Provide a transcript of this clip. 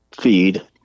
feed